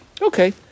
okay